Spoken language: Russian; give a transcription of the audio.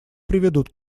приведут